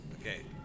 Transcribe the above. okay